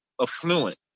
affluent